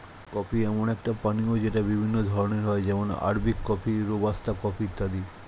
coffee এমন একটি পানীয় যেটা বিভিন্ন ধরণের হয় যেমন আরবিক কফি, রোবাস্তা কফি ইত্যাদি